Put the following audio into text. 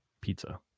pizza